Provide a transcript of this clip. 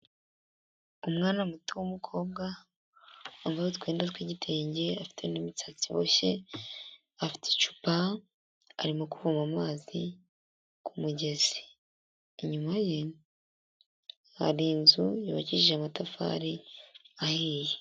Umwana muto w'umukobwa wambaye utwenda tw'igitenge afite n'imisatsi iboshye, afite icupa arimo kuvoma amazi ku mugezi, inyuma ye hari inzu yubakishije amatafari ahiye.